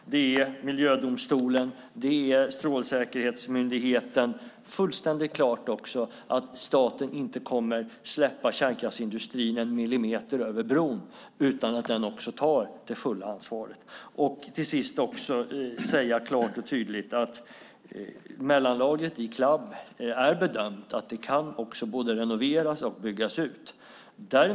Det är Miljödomstolen och Strålsäkerhetsmyndigheten. Det är också fullständigt klart att staten inte kommer att släppa kärnkraftsindustrin en millimeter över bron utan att den också tar det fulla ansvaret. Till sist vill jag säga klart och tydligt att när det gäller mellanlagret i Clab har man bedömt att det kan både renoveras och byggas ut.